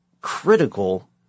critical